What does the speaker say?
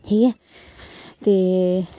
ठीक ऐ ते